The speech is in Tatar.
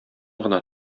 гына